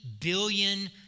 billion